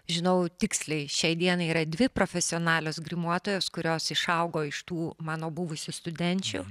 žinau tiksliai šiai dienai yra dvi profesionalios grimuotojos kurios išaugo iš tų mano buvusių studenčių